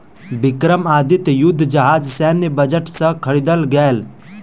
विक्रमादित्य युद्ध जहाज सैन्य बजट से ख़रीदल गेल